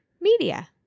media